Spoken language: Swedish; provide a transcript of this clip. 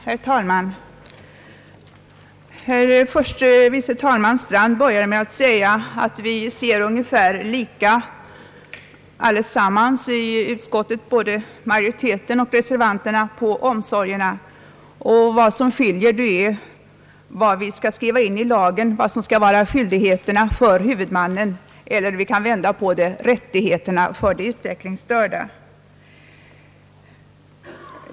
Herr talman! Herr förste vice talmannen Strand började med att säga att alla i utskottet, både majoriteten och reservanterna, ser ungefär lika på frågan om omsorgen. Vad som skiljer är vad vi skall skriva in i lagen, vad som skall vara skyldighet för huvudmannen eller — vi kan vända på det — rättighet för de utvecklingsstörda.